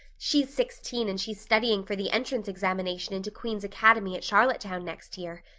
she's sixteen and she's studying for the entrance examination into queen's academy at charlottetown next year.